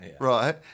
Right